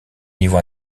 niveau